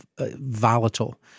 volatile